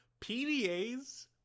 pdas